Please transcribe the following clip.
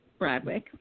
Bradwick